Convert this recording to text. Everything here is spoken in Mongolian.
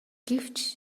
гэвч